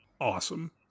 Awesome